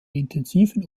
intensiven